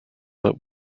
that